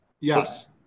Yes